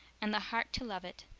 and the heart to love it,